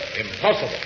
Impossible